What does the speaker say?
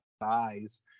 eyes